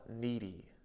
needy